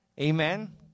Amen